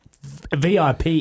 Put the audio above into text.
VIP